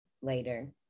later